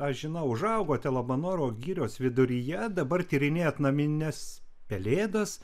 aš žinau užaugote labanoro girios viduryje dabar tyrinėjate namines pelėdas